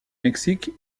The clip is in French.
mexique